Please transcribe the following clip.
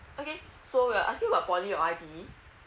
okay so you're asking about poly or I_T_E